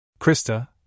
Krista